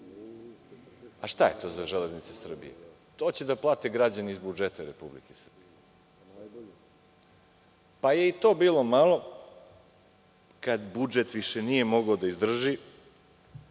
Šta je to za „Železnice“ Srbije? To će da plate građani iz budžeta Republike Srbije. I to je onda bilo malo, kad budžet više nije mogao da izdrži,